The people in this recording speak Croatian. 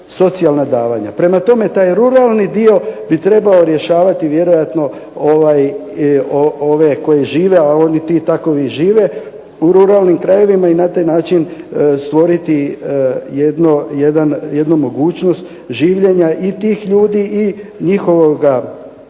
socijalna davanja. Prema tome, taj ruralni dio bi trebao rješavati vjerojatno ove koji žive, a oni ti takovi žive u ruralnim krajevima i na taj način stvoriti jednu mogućnost življenja i tih ljudi i njihovoga rada